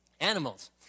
Animals